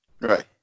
Right